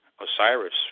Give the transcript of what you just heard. Osiris